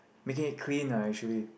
making it clean lah actually